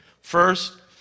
First